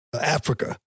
Africa